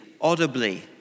audibly